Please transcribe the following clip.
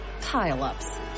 pile-ups